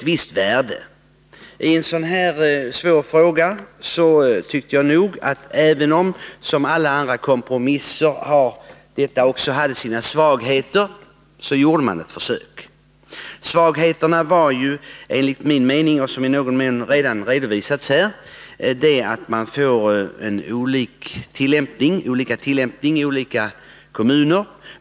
Även om denna kompromiss — liksom alla andra kompromisser — hade sina svagheter, tyckte jag att man i en sådan här svår fråga skulle göra ett försök. En av svagheterna, som i någon mån har redovisats här, var enligt min mening att man får olika tillämpning i olika kommuner.